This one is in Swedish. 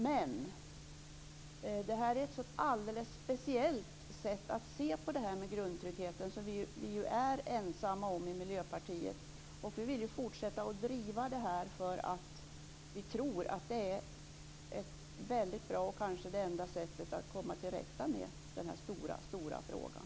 Men det här är ett alldeles speciellt sätt att se på grundtryggheten som vi är ensamma om i Miljöpartiet. Vi vill fortsätta att driva det här, för vi tror att det är ett väldigt bra sätt, kanske det enda sättet, att komma till rätta med den här stora frågan.